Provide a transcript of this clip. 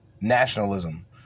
nationalism